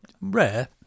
rare